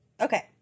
Okay